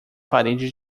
parede